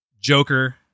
Joker